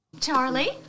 Charlie